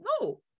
No